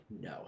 no